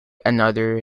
another